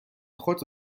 خود